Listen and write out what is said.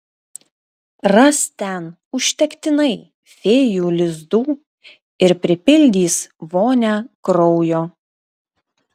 ras ten užtektinai fėjų lizdų ir pripildys vonią kraujo